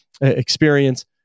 experience